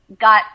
got